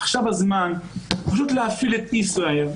עכשיו הזמן פשוט להפעיל את ישראייר,